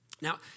Now